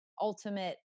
ultimate